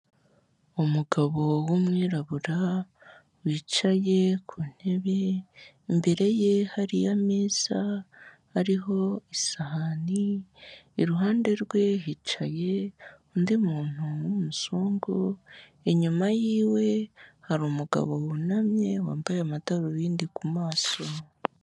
Umugabo w'umwirabura wicaye ku ntebe, imbere ye hari ameza ariho isahani, iruhande rwe hicaye undi muntu w'umuzungu, inyuma y'iwe hari umugabo wunamye, wambaye amadarubindi ku maso.